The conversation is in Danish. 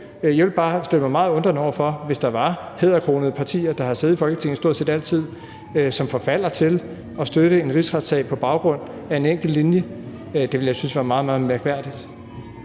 Jeg vil bare stille mig meget undrende over for, hvis der var hæderkronede partier, der stort set altid har siddet i Folketinget, som forfaldt til at støtte en rigsretssag på baggrund af en enkelt linje; det ville jeg synes var meget, meget mærkværdigt.